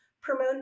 promote